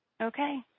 Okay